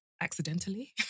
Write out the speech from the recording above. Accidentally